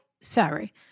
sorry